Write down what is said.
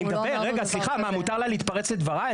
סליחה, מותר לה להתפרץ לדבריי?